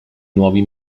nuovi